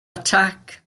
attack